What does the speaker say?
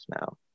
now